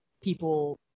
people